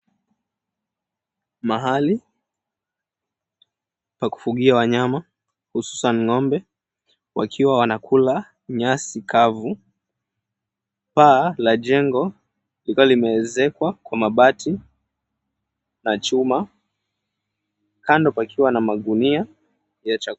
Mahali pa kufugia wanyama hususan ng'ombe, wakiwa wanakula nyasi kavu paa la jengo limeezekwa kwa mabati na chuma kando pakiwa na magunia ya chakula.